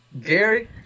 Gary